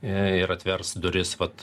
ir atvers duris vat